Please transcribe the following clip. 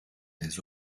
des